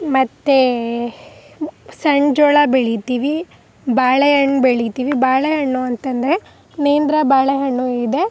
ಮತ್ತು ಸಣ್ಣ ಜೋಳ ಬೆಳಿತೀವಿ ಬಾಳೆ ಹಣ್ಣು ಬೆಳಿತೀವಿ ಬಾಳೆ ಹಣ್ಣು ಅಂತ ಅಂದ್ರೆ ನೇಂದ್ರ ಬಾಳೆ ಹಣ್ಣು ಇದೆ